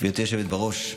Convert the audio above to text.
גברתי היושבת בראש,